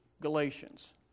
Galatians